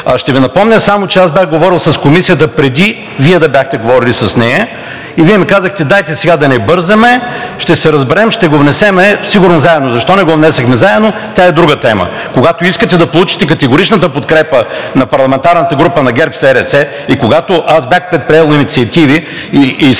Ще Ви напомня, че аз бях говорил с Комисията, преди Вие да бяхте говорили с нея, и Вие ми казахте: дайте сега да не бързаме, ще се разберем, ще го внесем сигурно заедно. Защо не го внесохме заедно, е друга тема. Искате да получите категоричната подкрепа на парламентарната група на ГЕРБ-СДС, а когато бях предприел инициативи и се